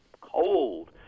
cold